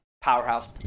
powerhouse